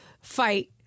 fight